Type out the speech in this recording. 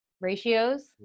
ratios